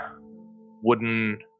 wooden